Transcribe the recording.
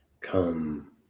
Come